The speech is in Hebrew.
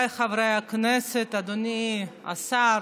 רישום חסר דת),